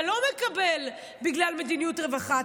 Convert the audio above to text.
אתה לא מקבל בגלל מדיניות רווחה,